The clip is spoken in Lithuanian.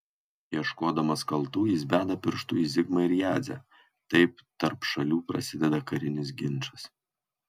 ieškodamas kaltų jis beda pirštu į zigmą ir jadzę taip tarp šalių prasideda karinis ginčas